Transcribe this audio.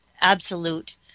absolute